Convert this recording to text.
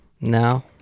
No